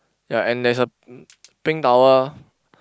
ya and there's a pink towel